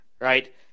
right